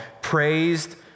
praised